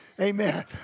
Amen